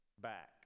back